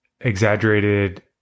exaggerated